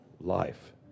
life